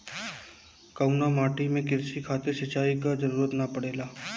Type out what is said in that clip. कउना माटी में क़ृषि खातिर सिंचाई क जरूरत ना पड़ेला?